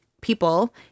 people